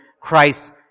Christ